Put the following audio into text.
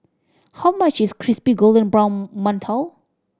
how much is crispy golden brown mantou